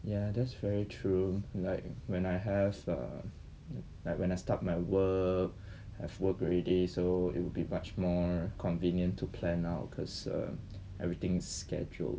ya that's very true like when I have a like when I start my work have work every day so it would be much more convenient to plan out cause err everything's scheduled